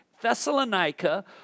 Thessalonica